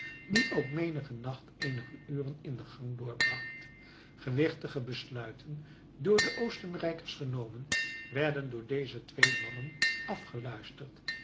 die ook menigen nacht eenige uren in de gang doorbracht gewichtige besluiten door de oostenrijkers genomen werden door deze twee mannen afgeluisterd